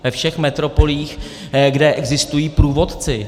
Ve všech metropolích, kde existují průvodci.